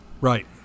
Right